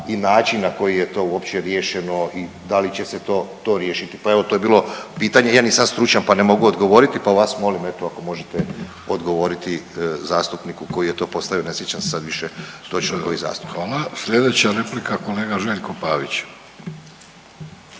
i način na koji je to uopće riješeno i da li će se to riješiti? Pa evo to je bilo pitanje, ja nisam stručnjak pa ne mogu odgovoriti pa vas molim eto ako možete odgovoriti zastupniku koji je to postavio, ne sjećam se sad više točno koji zastupnik. **Vidović, Davorko (Socijaldemokrati)**